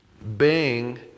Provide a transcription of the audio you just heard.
Bang